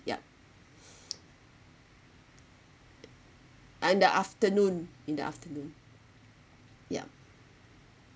yup and the afternoon in the afternoon yup